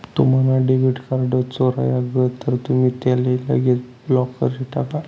तुम्हना debit card चोराय गय तर तुमी त्याले लगेच ब्लॉक करी टाका